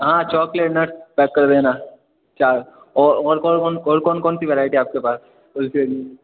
हाँ chocolate nuts का कर देना चार और और कौन कौन और कौन कौन सी वैराइटी है आपके पास कुल्फी में